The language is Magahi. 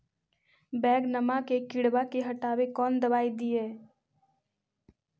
बैगनमा के किड़बा के हटाबे कौन दवाई दीए?